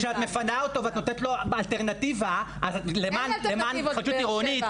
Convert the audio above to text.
כשאת מפנה אותו ואת נותנת לו אלטרנטיבה למען התחדשות עירונית,